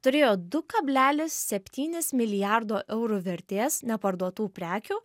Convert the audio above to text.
turėjo du kablelis septynis milijardo eurų vertės neparduotų prekių